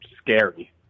scary